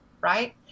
right